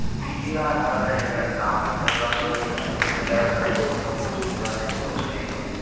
बीह् ज्हार रुपया जेल्लै उनें इनाम रक्खे दा हा उनें हलबाई दा इक साइड ते में यूनिबर्सट्री दा ते चले मीस्टेक होई गेई